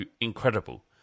incredible